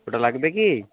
ওটা লাগবে কি